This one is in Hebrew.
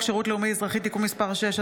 חוק שירות לאומי-אזרחי (תיקון מס' 6),